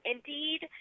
Indeed